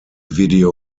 video